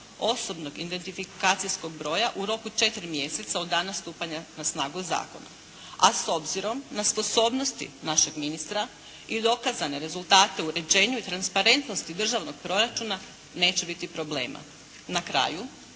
osobnog identifikacijskog broja u roku 4 mjeseca od dana stupanja na snagu zakona. A s obzirom na sposobnosti našeg ministra i dokazane rezultate o uređenju i transparentnosti državnog proračuna neće biti problema. Na kraju,